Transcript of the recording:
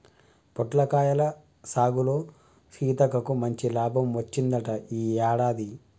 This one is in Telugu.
పొట్లకాయల సాగులో సీతక్కకు మంచి లాభం వచ్చిందంట ఈ యాడాది